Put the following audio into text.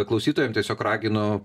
klausytojam tiesiog raginu